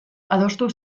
adostu